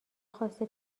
خواسته